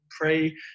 pray